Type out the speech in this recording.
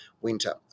winter